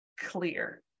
clear